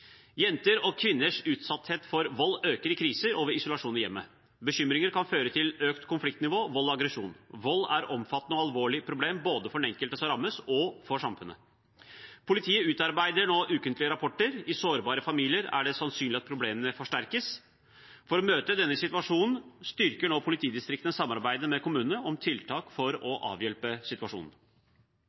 Jenter og kvinners utsatthet for vold øker i kriser og ved isolasjon i hjemmet. Bekymringer kan føre til økt konfliktnivå, vold og aggresjon. Vold er et omfattende og alvorlig problem, både for den enkelte som rammes, og for samfunnet. Politiet utarbeider nå ukentlige rapporter. I sårbare familier er det sannsynlig at problemene forsterkes, og for å møte denne situasjonen, styrker nå politidistriktene samarbeidet med kommunene om tiltak for å avhjelpe situasjonen.